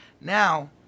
Now